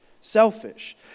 Selfish